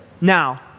Now